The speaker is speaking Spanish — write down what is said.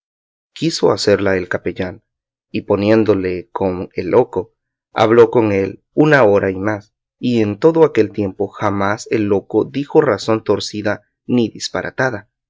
quiso hacerla el capellán y poniéndole con el loco habló con él una hora y más y en todo aquel tiempo jamás el loco dijo razón torcida ni disparatada